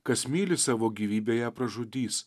kas myli savo gyvybę ją pražudys